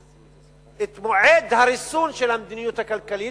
את מועד הריסון של המדיניות הכלכלית,